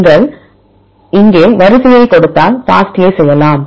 நீங்கள் இங்கே வரிசையை கொடுத்தால் FASTA செய்யலாம்